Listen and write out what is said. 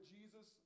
Jesus